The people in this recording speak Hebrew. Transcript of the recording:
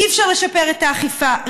אי-אפשר לשפר את האכיפה.